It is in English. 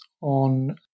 on